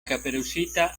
caperucita